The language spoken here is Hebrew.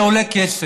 כן, זה עולה כסף.